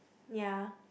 ya